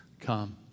come